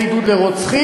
זה עידוד לרוצחים,